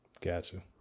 Gotcha